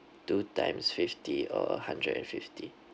two times fifty or a hundred and fifty